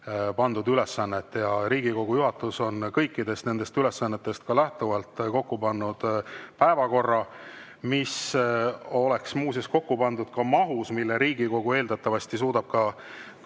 pandud ülesannet. Riigikogu juhatus on kõikidest nendest ülesannetest lähtuvalt kokku pannud päevakorra ja see on muuseas kokku pandud mahus, mille Riigikogu eeldatavasti suudab